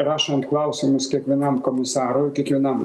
rašant klausimus kiekvienam komisarui kiekvienam